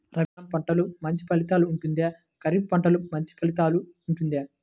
రబీ కాలం పంటలు మంచి ఫలితాలు ఉంటుందా? ఖరీఫ్ పంటలు మంచి ఫలితాలు ఉంటుందా?